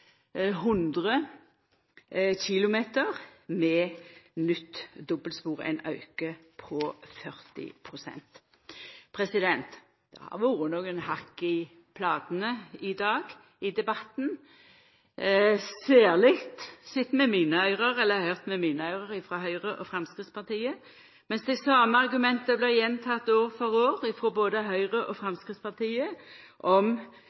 km med nytt dobbeltspor – ein auke på 40 pst. Det har vore nokre hakk i platene i debatten i dag – særleg høyrt med mine øyre – frå Høgre og Framstegspartiet. Mens dei same argumenta om ei anna organisering eller finansiering blir gjentekne år etter år av både Høgre og